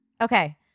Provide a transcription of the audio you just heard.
Okay